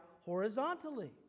horizontally